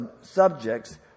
subjects